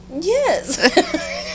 yes